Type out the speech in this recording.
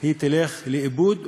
תלך לאיבוד,